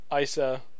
Isa